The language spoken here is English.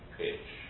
pitch